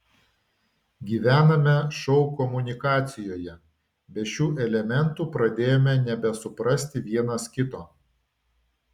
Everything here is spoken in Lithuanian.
gyvename šou komunikacijoje be šių elementų pradėjome nebesuprasti vienas kito